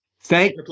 Thank